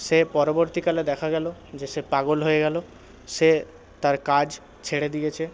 সে পরবর্তীকালে দেখা গেল যে সে পাগল হয়ে গেল সে তার কাজ ছেড়ে দিয়েছে